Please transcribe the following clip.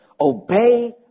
obey